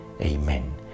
Amen